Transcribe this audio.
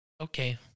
Okay